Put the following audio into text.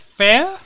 fair